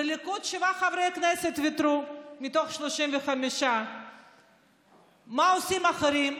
בליכוד שבעה חברי כנסת ויתרו מתוך 35. מה עושים אחרים?